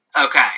Okay